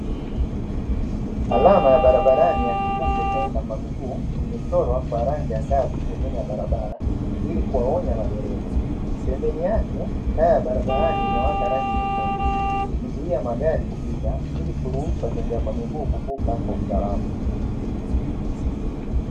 Alama ya barabarani yakivuko cha watembea kwa miguu, limechorwa kwa rangi angavu pembeni ya barabara ili kiwaonya madereva. Pembeni yake taa ya barabarani yenye rangi nyekundu ikizuia magari kupita ili kuruhusu watembea kwa miguu kuvukwa kwa usalama.